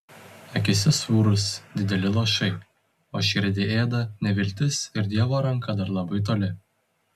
akyse sūrūs dideli lašai o širdį ėda neviltis ir dievo ranka dar labai toli